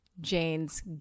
Jane's